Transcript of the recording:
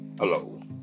Hello